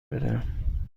بدهم